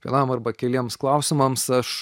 vienam arba keliems klausimams aš